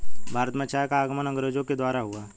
भारत में चाय का आगमन अंग्रेजो के द्वारा हुआ